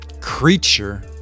creature